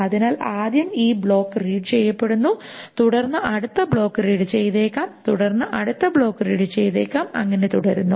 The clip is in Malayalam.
അതിനാൽ ആദ്യം ഈ ബ്ലോക്ക് റീഡ് ചെയ്യപ്പെടുന്നു തുടർന്ന് അടുത്ത ബ്ലോക്ക് റീഡ് ചെയ്തേക്കാം തുടർന്ന് അടുത്ത ബ്ലോക്ക് റീഡ് ചെയ്തേക്കാം അങ്ങനെ തുടരുന്നു